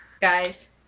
guys